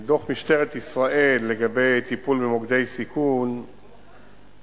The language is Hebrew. דוח משטרת ישראל לגבי טיפול במוקדי סיכון הוא